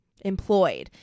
employed